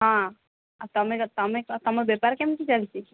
ହଁ ଆଉ ତୁମ ବେପାର କେମିତି ଚାଲିଛି